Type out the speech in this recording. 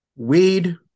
Weed